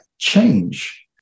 change